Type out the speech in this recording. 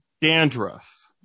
dandruff